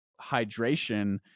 hydration